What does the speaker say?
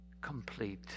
complete